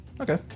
okay